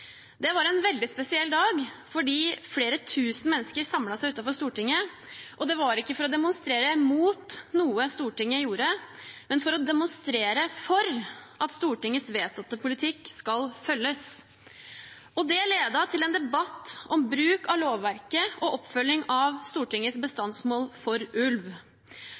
Det var en veldig spesiell dag fordi flere tusen mennesker samlet seg utenfor Stortinget – og det var ikke for å demonstrere mot noe Stortinget gjorde, men for å demonstrere for at Stortingets vedtatte politikk skulle følges. Det ledet til en debatt om bruk av lovverket og oppfølging av Stortingets bestandsmål for ulv.